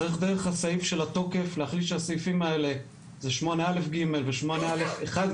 צריך דרך הסעיף של התוקף להחליט שהסעיפים האלה - 8א(ג) ו-8א1(ג)